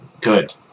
Good